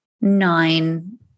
nine